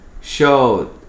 show